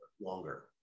longer